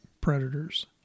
predators